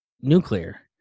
nuclear